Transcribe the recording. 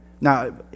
now